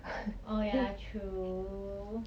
oh ya true